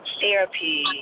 therapy